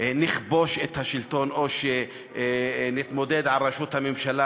נכבוש את השלטון או שנתמודד על ראשות הממשלה,